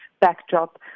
backdrop